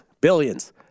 Billions